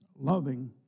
loving